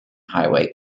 highway